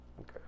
Okay